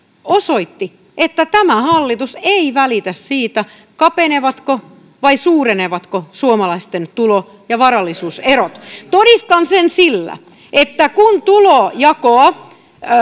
osoitti että tämä hallitus ei välitä siitä kapenevatko vai suurenevatko suomalaisten tulo ja varallisuuserot todistan sen sillä että kun tulonjakoa